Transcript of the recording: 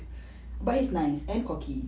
but he's nice and cocky